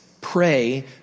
pray